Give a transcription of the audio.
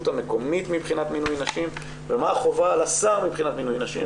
המקומית מבחינת מינוי נשים ומה החובה על השר מבחינת מינוי נשים?